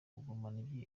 kugumana